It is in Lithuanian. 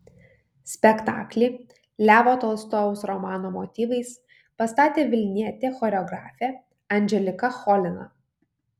spektaklį levo tolstojaus romano motyvais pastatė vilnietė choreografė anželika cholina